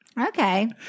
Okay